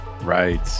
Right